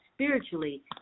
Spiritually